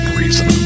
reason